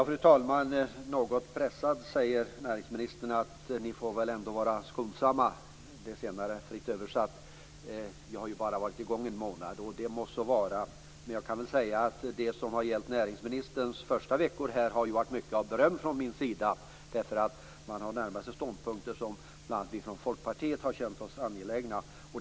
Fru talman! Något pressad säger näringsministern, fritt översatt: Ni får väl ändå vara skonsamma - jag har ju bara varit i gång en månad. Det må så vara. Det som har gällt näringsministerns första veckor har fått mycket beröm från min sida. Man har närmat sig ståndpunkter som bl.a. vi från Folkpartiet har känt angelägna.